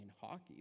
hockey